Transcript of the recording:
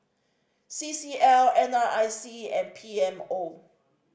C C L N R I C and P M O